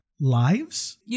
lives